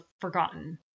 forgotten